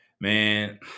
Man